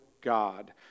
God